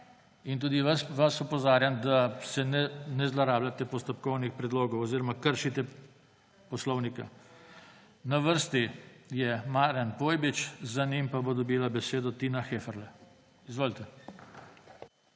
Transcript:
In tudi vas opozarjam, da ne zlorabljate postopkovnih predlogov oziroma kršite poslovnik. Na vrsti je Marijan Pojbič. Za njim pa bo dobila besedo Tina Heferle. Izvolite.